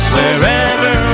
Wherever